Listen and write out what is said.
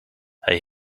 hij